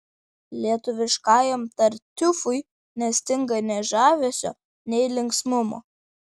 lietuviškajam tartiufui nestinga nei žavesio nei linksmumo